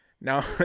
Now